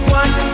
one